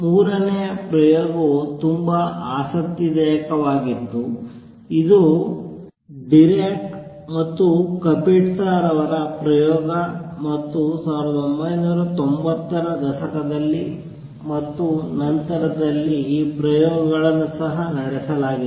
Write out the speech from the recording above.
ಮೂರನೆಯ ಪ್ರಯೋಗವು ತುಂಬಾ ಆಸಕ್ತಿದಾಯಕವಾಗಿತ್ತು ಇದು ಡಿರಾಕ್ ಕಪಿಟ್ಸಾ ರವರ ಪ್ರಯೋಗ ಮತ್ತು 1990 ರ ದಶಕದಲ್ಲಿ ಮತ್ತು ನಂತರದಲ್ಲಿ ಈ ಪ್ರಯೋಗಗಳನ್ನು ಸಹ ನಡೆಸಲಾಗಿದೆ